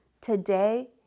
Today